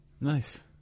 Nice